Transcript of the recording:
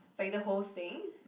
like the whole thing